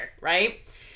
right